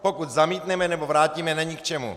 Pokud zamítneme nebo vrátíme, není k čemu.